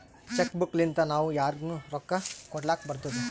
check book ಲಿಂತಾ ನಾವೂ ಯಾರಿಗ್ನು ರೊಕ್ಕಾ ಕೊಡ್ಲಾಕ್ ಬರ್ತುದ್